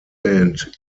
band